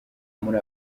muri